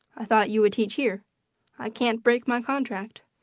i thought you would teach here i can't break my contract.